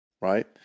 Right